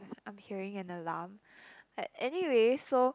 I'm hearing an alarm but anyway so